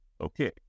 Okay